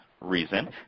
reason